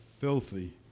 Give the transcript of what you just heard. filthy